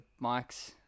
mics